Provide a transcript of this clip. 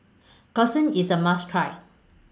Gyudon IS A must Try